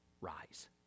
rise